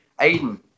Aiden